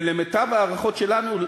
ולמיטב ההערכות שלנו,